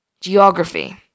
geography